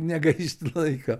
negaišt laiko